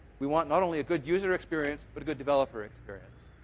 we want not only a good user experience, but a good developer experience.